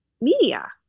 media